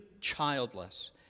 childless